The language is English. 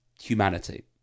humanity